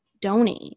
donate